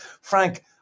Frank